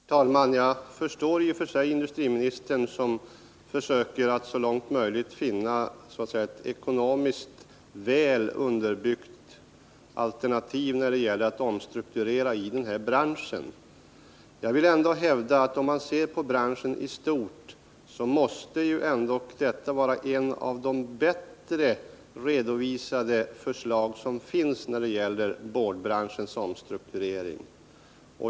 Herr talman! Jag förstår i och för sig industriministern, som försöker att så långt möjligt finna ett ekonomiskt väl underbyggt alternativ när det gäller att omstrukturera i denna bransch. Men jag vill hävda att detta — om man ser på branschen i stort — är ett av de bättre redovisade förslag som finns när det gäller boardbranschens omstrukturering.